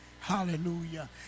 Hallelujah